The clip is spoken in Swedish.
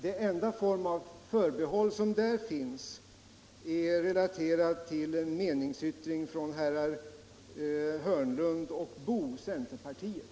Den enda form av förbehåll som där finns är relaterad till en meningsyttring från herrar Hörnlund och Boo, centerpartiet.